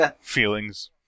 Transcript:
feelings